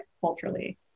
culturally